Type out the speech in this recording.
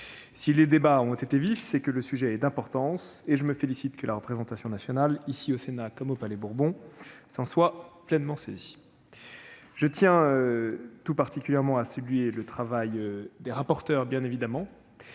Si les débats ont été vifs, c'est que le sujet est d'importance, et je me félicite que la représentation nationale- ici, au Sénat, comme au Palais Bourbon -s'en soit pleinement saisie. Je tiens à saluer le travail des rapporteurs, et tout